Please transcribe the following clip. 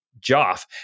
joff